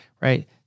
right